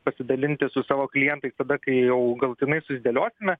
pasidalinti su savo klientais tada kai jau galutinai susidėliosime